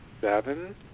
seven